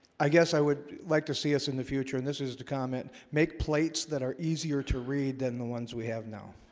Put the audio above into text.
i guess i would like to see us in the future and this is the comment make plates that are easier to read than the ones we have now